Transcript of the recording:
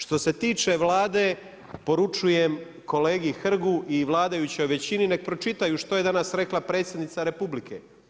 Što se tiče Vlade, poručujem kolegi Hrgu i vladajućoj većini neka pročitaju što je danas rekla predsjednica Republike.